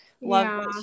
love